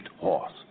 horse